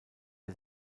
der